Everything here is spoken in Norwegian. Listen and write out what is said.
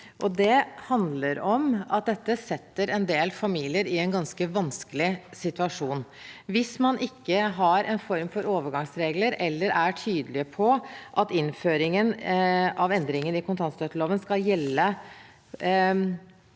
dette setter en del familier i en ganske vanskelig situasjon. Hvis man ikke har en form for overgangsregler eller er tydelig på at innføringen av endringene i kontantstøtteloven skal gjelde